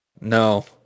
No